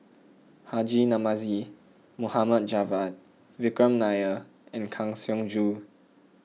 Haji Namazie Mohd Javad Vikram Nair and Kang Siong Joo